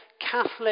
Catholic